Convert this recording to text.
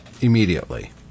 immediately